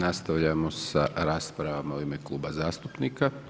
Nastavljamo sa raspravama u ime kluba zastupnika.